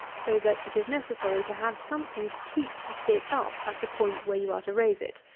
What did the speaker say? so that it is necessary to have something to keep the stick up at the point where you are to raise it,